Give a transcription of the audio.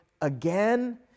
again